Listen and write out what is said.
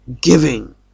Giving